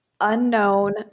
unknown